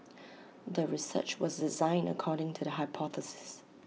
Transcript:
the research was designed according to the hypothesis